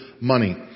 money